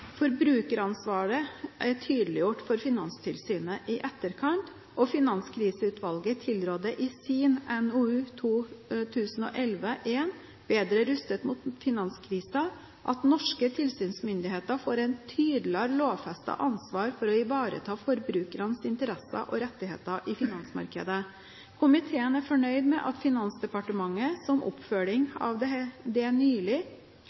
Forbrukeransvaret er tydeliggjort for Finanstilsynet i etterkant, og Finanskriseutvalget tilrådde i sin NOU 2011:1 Bedre rustet mot finanskriser at «norske tilsynsmyndigheter får et tydeligere lovfestet ansvar for å ivareta forbrukernes interesser og rettigheter i finansmarkedene». Komiteen er fornøyd med at Finansdepartementet som oppfølging av det, nylig